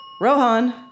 Rohan